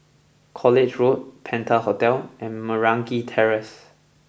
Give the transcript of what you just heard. College Road Penta Hotel and Meragi Terrace